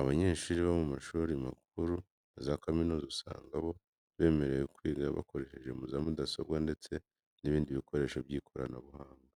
Abanyeshuri bo mu mashuri makuru na za kaminuza usanga bo bemerewe kwiga bakoresheje za mudasobwa ndetse n'ibindi bikoresho by'ikoranabuhanga.